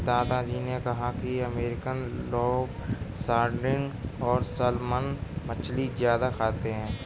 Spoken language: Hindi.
दादा जी ने कहा कि अमेरिकन लोग सार्डिन और सालमन मछली ज्यादा खाते हैं